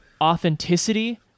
authenticity